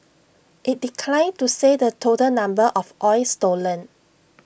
IT declined to say the total number of oil stolen